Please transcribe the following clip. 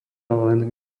len